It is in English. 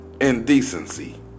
indecency